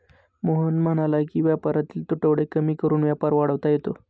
मोहन म्हणाला की व्यापारातील तुटवडे कमी करून व्यापार वाढवता येतो